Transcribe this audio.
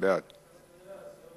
והגנת הסביבה